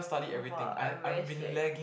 oh !wah! I very shag